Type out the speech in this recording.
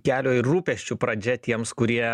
kelio ir rūpesčių pradžia tiems kurie